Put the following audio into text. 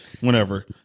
whenever